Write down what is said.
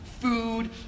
food